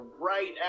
right